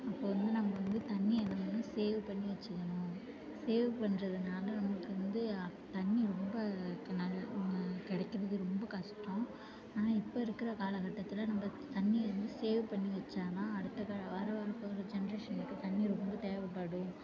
இப்போ வந்து நாங்கள் வந்து தண்ணியை வந்து சேவ் பண்ணி வச்சுக்கணும் சேவ் பண்ணுறதுனால நமக்கு வந்து தண்ணி ரொம்ப கிடைக்கிறது ரொம்ப கஷ்டம் ஆனால் இப்போ இருக்கிற காலகட்டத்தில் நம்ம தண்ணியை வந்து சேவ் பண்ணி வைச்சாதான் அடுத்த வர வரப்போகிற ஜென்ரேஷனுக்கு தண்ணி ரொம்ப தேவைப்படும்